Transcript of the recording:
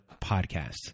podcast